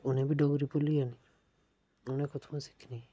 ते उ'नें ई बी डोगरी भु'ल्ली जानी उ'नें कु'त्थुआं सिखनी